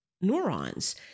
neurons